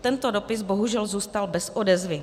Tento dopis bohužel zůstal bez odezvy.